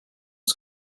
was